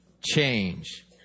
change